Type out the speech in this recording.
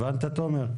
הבנת, תומר?